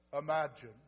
Imagine